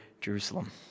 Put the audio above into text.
Jerusalem